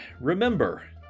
remember